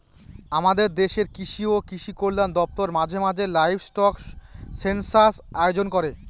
আমাদের দেশের কৃষি ও কৃষি কল্যাণ দপ্তর মাঝে মাঝে লাইভস্টক সেনসাস আয়োজন করে